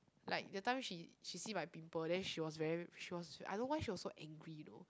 like that time she she see my pimple then she was very she was I don't know why she was so angry